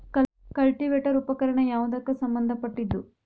Cultivator ಉಪಕರಣ ಯಾವದಕ್ಕ ಸಂಬಂಧ ಪಟ್ಟಿದ್ದು?